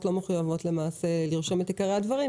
לא מחויבות למעשה לרשום את עיקרי הדברים,